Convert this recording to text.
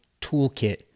toolkit